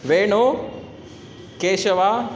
Venu Keshava